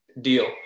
Deal